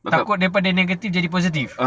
takut daripada negative jadi positive